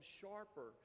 sharper